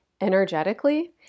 energetically